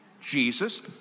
Jesus